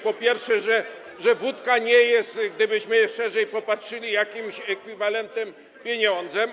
Po pierwsze, wódka nie jest, gdybyśmy szerzej popatrzyli, jakimiś ekwiwalentem, pieniądzem.